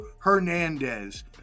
Hernandez